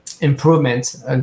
improvements